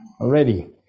Already